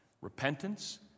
repentance